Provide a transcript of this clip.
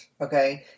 okay